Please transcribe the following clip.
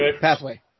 Pathway